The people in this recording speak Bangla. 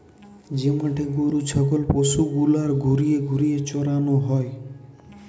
যে মাঠে গরু ছাগল পশু গুলার ঘুরিয়ে ঘুরিয়ে চরানো হয়